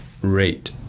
rate